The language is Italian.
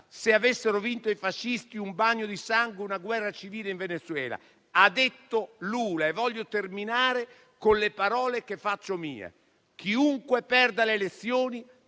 sarebbero stati un bagno di sangue e una guerra civile in Venezuela. Ha detto Lula, e voglio terminare con le sue parole, che faccio mie: «Chiunque perda le elezioni